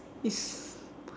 is